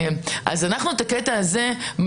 אנחנו מנסים לנטרל את הקטע הזה.